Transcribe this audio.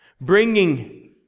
bringing